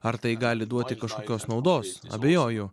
ar tai gali duoti kažkokios naudos abejoju